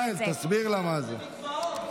יש חוץ מזה 50